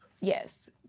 Yes